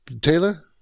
Taylor